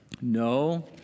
no